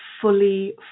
fully